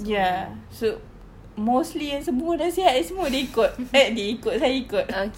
ya so mostly yang semua nasihat semua ida ikut eh ida ikut saya ikut